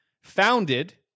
founded